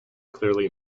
clearly